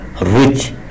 rich